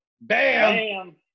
Bam